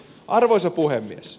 arvoisa puhemies